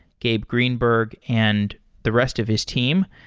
gabe greenberg, and the rest of his team.